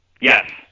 Yes